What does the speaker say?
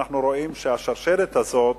אנחנו רואים שהשרשרת הזאת,